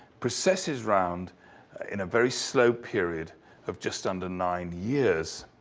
processes around in a very slow period of just under nine years.